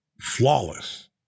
flawless